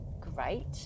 great